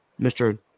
Mr